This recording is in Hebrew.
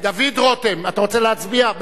דוד רותם, אתה רוצה להצביע?